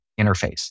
interface